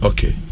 Okay